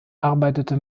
arbeitete